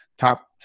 top